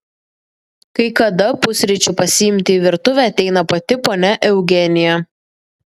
kai kada pusryčių pasiimti į virtuvę ateina pati ponia eugenija